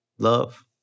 love